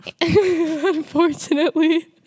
Unfortunately